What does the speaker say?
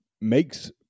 makes